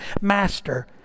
master